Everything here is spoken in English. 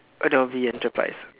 Adobe enterprise